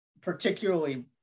particularly